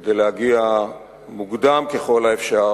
כדי להגיע מוקדם ככל האפשר